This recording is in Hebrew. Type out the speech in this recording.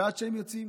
ועד שהם יוצאים,